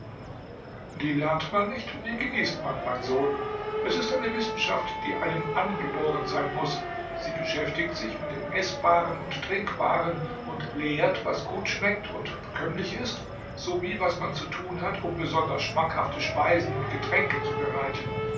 die lernt man nicht die genießt man mein sohn es ist eine wissenschaft die einem angeboren sein muß sie beschäftigt sich mit dem eßbaren und trinkbaren und lehrt was gut schmeckt und bekömmlich ist sowie was man zu tun hat um besonders schmackhafte speisen und getränke zu bereiten